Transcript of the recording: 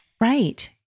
right